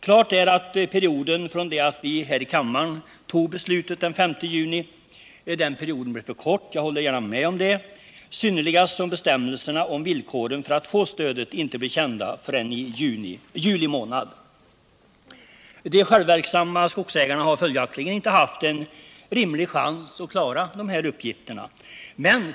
Klart är att perioden från det att vi här i kammaren tog beslutet den 5 juni blev för kort — jag håller gärna med om det — synnerligast som bestämmelserna om villkoren för att få stödet inte blev kända förrän i juli månad. De självverksamma skogsägarna har följaktligen inte haft en rimlig chans att klara sina uppgifter.